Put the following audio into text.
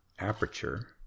aperture